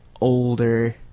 older